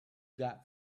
got